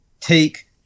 take